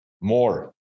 more